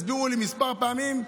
הסבירו לי כמה פעמים,